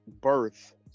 birth